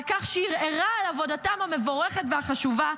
כך שערערה על עבודתם המבורכת והחשובה,